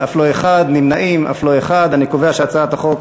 את הצעת חוק